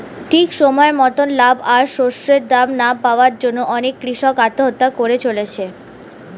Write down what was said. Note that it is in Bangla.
ঠিক সময় মতন লাভ আর শস্যের দাম না পাওয়ার জন্যে অনেক কূষক আত্মহত্যা করে চলেছে